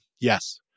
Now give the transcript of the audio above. Yes